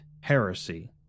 heresy